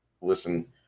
listen